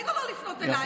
תגיד לו לא לפנות אליי,